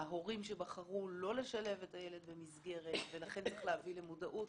ההורים שבחרו לא לשלב את הילד במסגרת ולכן צריך להביא למודעות,